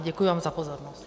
Děkuji vám za pozornost.